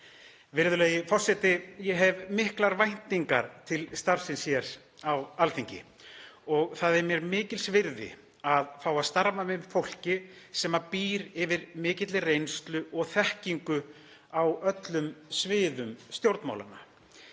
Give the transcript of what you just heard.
Virðulegi forseti. Ég hef miklar væntingar til starfsins hér á Alþingi og það er mjög mikils virði að fá að starfa með fólki sem býr yfir mikilli reynslu og þekkingu á öllum sviðum stjórnmálanna.